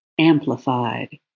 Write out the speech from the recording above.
amplified